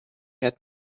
had